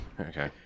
Okay